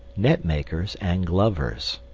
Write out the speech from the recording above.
netmakers, and glovers.